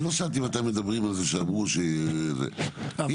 אני לא שאלתי אם אתם מדברים על זה שאמרו שזה יהיה.